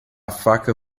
faca